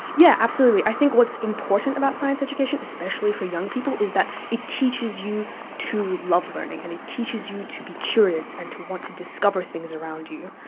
yeah absolutely. i think what's important about science education, especially for young people, is that it teaches you to love learning and it teaches you to be curious and to want to discover things around you.